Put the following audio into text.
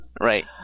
Right